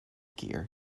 gear